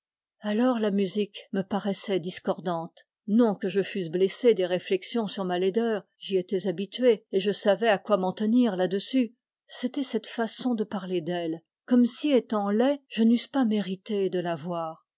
alors la musique me paraissait discordante non que je fusse blessé des réflexions sur ma laideur j'y étais habitué et je savais à quoi m'en tenir là-dessus c'était cette façon de parler d'elle comme si étant laid je n'eusse pas mérité de l'avoir